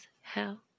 hell